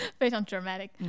非常dramatic